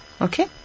Okay